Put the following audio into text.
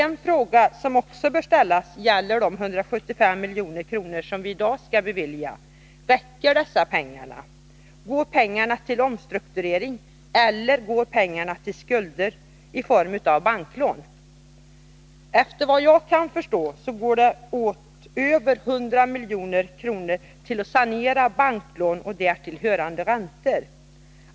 En fråga som också bör ställas gäller de 175 milj.kr. som vi i dag skall bevilja. Räcker dessa pengar? Går pengarna till omstrukturering eller går de till skulder i form av banklån? Efter vad jag kan förstå går det åt över 100 milj.kr. till att sanera banklån och därtill hörande räntor.